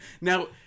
now